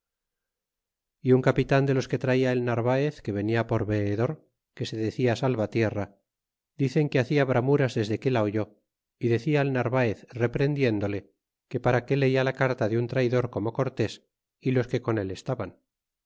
y un capitan de los que traia el narvaez que venia por veedor que se decia salvatierra dicen que hacia bramuras desque la oyó y decia al narvaez reprehendiéndole que para que lela la carta de un traydor como cortés é los que con él estaban